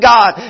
God